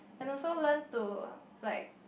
and also learn to like